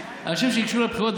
אנשים שניגשו לבחירות,